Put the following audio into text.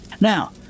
Now